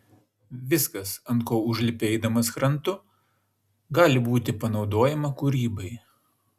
viskas ant ko užlipi eidamas krantu gali būti panaudojama kūrybai